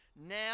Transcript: Now